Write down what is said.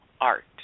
art